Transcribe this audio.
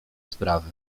sprawy